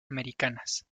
americanas